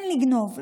כן לגנוב,